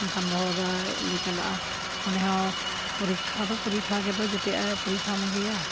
ᱤᱱᱟᱹ ᱠᱷᱟᱱ ᱵᱷᱚᱲᱫᱟᱞᱮ ᱪᱟᱞᱟᱜᱼᱟ ᱚᱸᱱᱰᱮᱦᱚᱸ ᱯᱚᱨᱤᱠᱠᱷᱟ ᱫᱚ ᱯᱚᱨᱤᱠᱠᱷᱟ ᱜᱮ ᱟᱫᱚ ᱡᱚᱛᱚᱣᱟᱜ ᱯᱚᱨᱤᱠᱠᱷᱟ ᱢᱮ ᱜᱮᱭᱟ